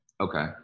Okay